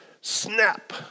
snap